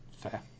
fair